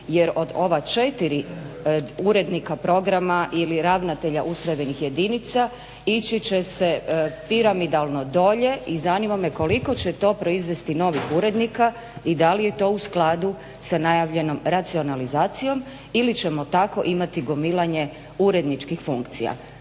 jer od ova četiri urednika programa ili ravnatelja ustrojbenih jedinica ići će se piramidalno dolje i zanima me koliko će to proizvesti novih urednika i da li je to u skladu sa najavljenom racionalizacijom ili ćemo tako imati gomilanje uredničkih funkcija.